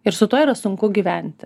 ir su tuo yra sunku gyvent